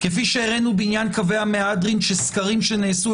כפי שהראינו בעניין קווי המהדרין שסקרים שנעשו,